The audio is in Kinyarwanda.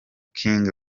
king